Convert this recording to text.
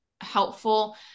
helpful